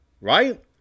Right